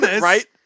Right